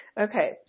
Okay